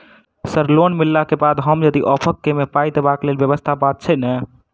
Sir loan मिलला केँ बाद हम यदि ऑफक केँ मे पाई देबाक लैल व्यवस्था बात छैय नै?